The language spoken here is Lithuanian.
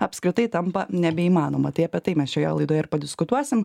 apskritai tampa nebeįmanoma tai apie tai mes šioje laidoje ir padiskutuosim